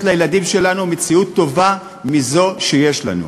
לילדים שלנו מציאות טובה מזו שיש לנו.